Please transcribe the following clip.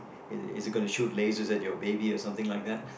it it is gonna shoot lasers at your baby or something like that